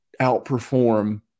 outperform